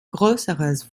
größeres